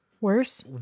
worse